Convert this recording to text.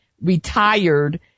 retired